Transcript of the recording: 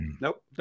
nope